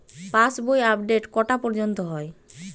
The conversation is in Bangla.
পাশ বই আপডেট কটা পর্যন্ত হয়?